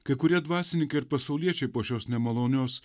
kai kurie dvasininkai ir pasauliečiai po šios nemalonios